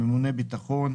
"ממונה ביטחון",